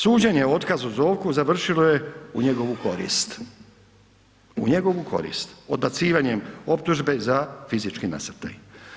Suđenje o otkazu Zovku završilo je u njegovu korist, u njegovu korist, odbacivanjem optužbe za fizički nasrtaj.